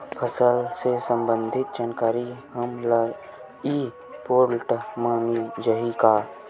फसल ले सम्बंधित जानकारी हमन ल ई पोर्टल म मिल जाही का?